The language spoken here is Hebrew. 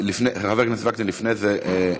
לפני זה,